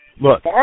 Look